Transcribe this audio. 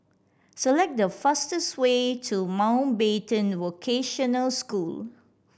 select the fastest way to Mountbatten Vocational School